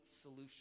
solution